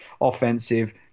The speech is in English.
offensive